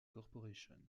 corporation